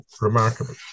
remarkable